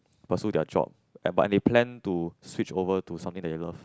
pursue their job and but they plan to switch over to something that they love